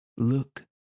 Look